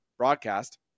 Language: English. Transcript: broadcast